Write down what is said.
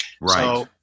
Right